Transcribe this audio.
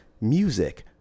music